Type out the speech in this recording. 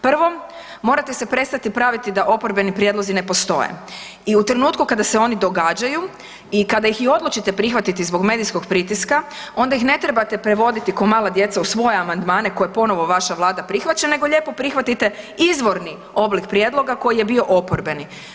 Prvo, morate se prestati praviti da oporbeni prijedlozi ne postoje i u trenutku kada se oni događaju i kada ih i odlučite prihvatiti zbog medijskog pritiska, onda ih ne trebate prevoditi kao mala djeca u svoje amandmane, koje ponovo vaša Vlada prihvaća, nego lijepo prihvatite izvorni oblik prijedloga koji je bio oporbeni.